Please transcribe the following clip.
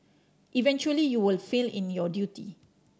eventually you will fail in your duty